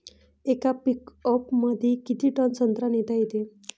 येका पिकअपमंदी किती टन संत्रा नेता येते?